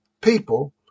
people